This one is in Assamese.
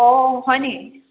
অঁ হয়নি